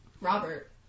Robert